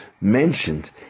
mentioned